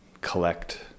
collect